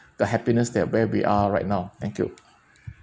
the happiness that where we are right now thank you